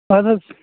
اَہَن حظ